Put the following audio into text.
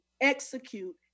execute